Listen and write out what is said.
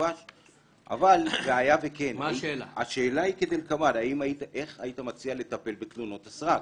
אבל והיה וכן, איך היית מציע לטפל בתלונות הסרק?